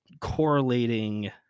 correlating